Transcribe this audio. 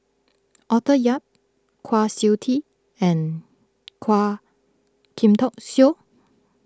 Arthur Yap Kwa Siew Tee and Quah Kim Song